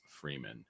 Freeman